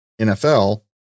NFL